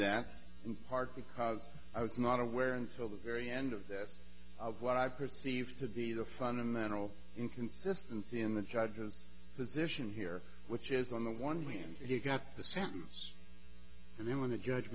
that in part because i was not aware until the very end of that what i perceived to be the fundamental inconsistency in the judge's position here which is on the one hand he got the sentence and then when the judge